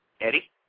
Eddie